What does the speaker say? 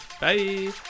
Bye